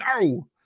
No